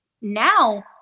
now